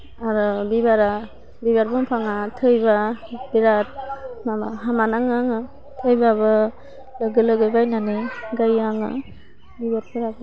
आरो बिबारा बिबार बफाङा थैबा बिराद माबा हामा नाङो आङो थैबाबो लगे लगे बायनानै गायो आङो बिबारफ्राखौ